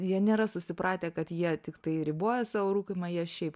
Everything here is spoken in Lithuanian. jie nėra susipratę kad jie tiktai riboja savo rūkymą jie šiaip